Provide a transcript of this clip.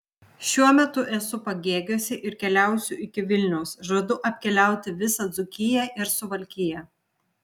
šiuo metu esu pagėgiuose ir keliausiu iki vilniaus žadu apkeliauti visą dzūkiją ir suvalkiją